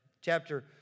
Chapter